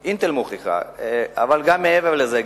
"אינטל" מוכיחה אבל גם מעבר לזה.